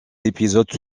épisodes